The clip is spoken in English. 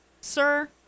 Sir